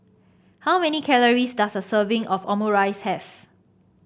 how many calories does a serving of Omurice have